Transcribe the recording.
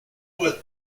with